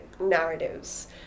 narratives